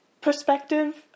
perspective